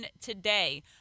today